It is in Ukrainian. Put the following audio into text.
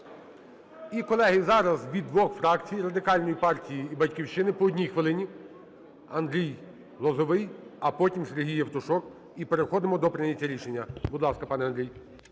І, колеги, зараз від двох фракцій: Радикальної партії і "Батьківщини"- по одній хвилині. Андрій Лозовий, а потім Сергій Євтушок, і переходимо до прийняття рішення. Будь ласка, пане Андрій.